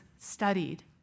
studied